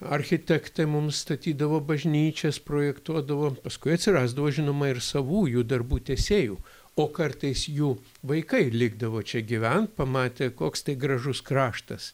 architektai mums statydavo bažnyčias projektuodavo paskui atsirasdavo žinoma ir savųjų darbų tęsėjų o kartais jų vaikai likdavo čia gyvent pamatę koks tai gražus kraštas